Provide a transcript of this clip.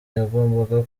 yagombye